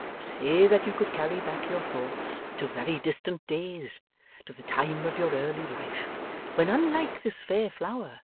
say, that you could carry back your thoughts to very distant days to the time of your early life when, unlike this fair flower,